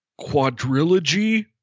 quadrilogy